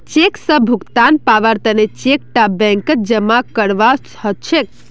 cheque स भुगतान पाबार तने चेक टा बैंकत जमा करवा हछेक